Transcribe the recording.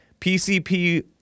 PCP